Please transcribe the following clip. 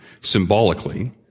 symbolically